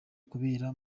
kubera